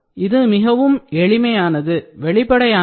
இது மிகவும் எளிமையானது வெளிப்படையானது